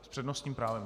s přednostním právem.